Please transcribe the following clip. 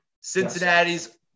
Cincinnati's